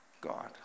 God